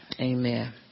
Amen